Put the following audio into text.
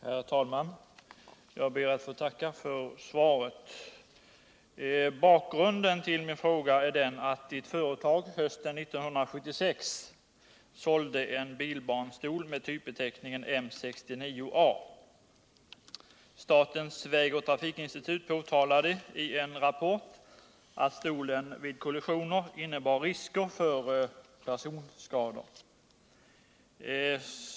Herr talman! Jag ber att få tacka för svaret. Bakgrunden till min fråga är den att ett företag hösten 1976 sålde en bilbarnstol med typbeteckningen M 69 A. Statens väg och trafikinstitut påtalade i en rapport att stolen vid kollisioner innebar risk för personskador.